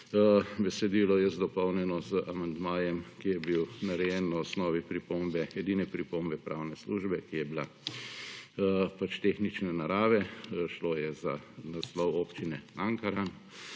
Besedilo je dopolnjeno z amandmajem, ki je bil narejen na osnovi edine pripombe pravne službe, ki je bila tehnične narave, šlo je za naslov občine Ankaran.